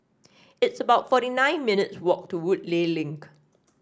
it's about forty nine minutes' walk to Woodleigh Link